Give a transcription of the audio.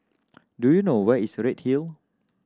do you know where is Redhill